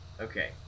Okay